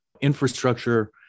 infrastructure